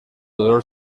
dolor